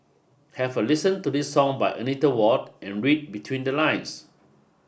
have a listen to this song by Anita Ward and read between the lines